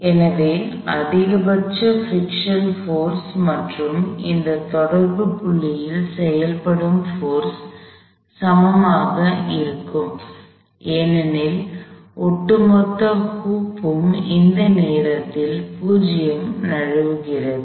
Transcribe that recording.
எனவே அதிகபட்ச friction force மற்றும் இந்த தொடர்பு புள்ளியில் செயல்படும் போர்ஸ் சமமாக இருக்கும் ஏனெனில் ஒட்டுமொத்த ஹுப் ம் அந்த நேரத்தில் 0 நழுவுகிறது